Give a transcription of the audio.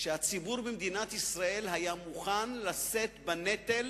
שהציבור במדינת ישראל היה מוכן לשאת בנטל